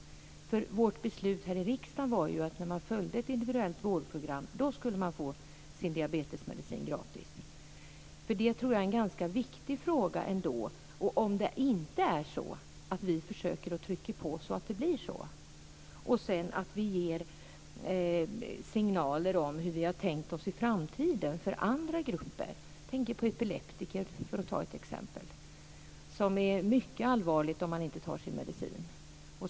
Vårt beslut i riksdagen var ju att när man följde ett individuellt vårdprogram skulle man få sin diabetesmedicin gratis. Det tror jag är en ganska viktig fråga. Om det inte är så ska vi försöka trycka på så att det blir så, och sedan ge signaler om hur vi har tänkt oss i framtiden för andra grupper. Jag tänker exempelvis på epileptiker där det också är mycket allvarligt om man inte tar sin medicin.